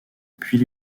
puis